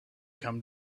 come